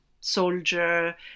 soldier